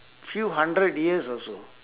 few hundred years also